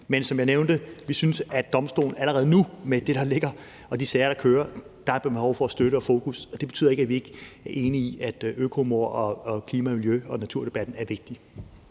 Men som jeg nævnte, synes vi, at domstolen allerede nu med det, der ligger, og de sager, der kører, har behov for støtte og fokus. Og det betyder ikke, at vi ikke er enige i, at økomord og klima-, miljø- og naturdebatten er vigtig.